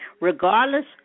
regardless